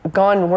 gone